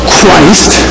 Christ